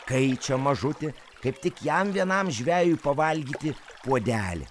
kaičia mažutį kaip tik jam vienam žvejui pavalgyti puodelį